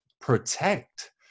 protect